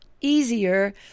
easier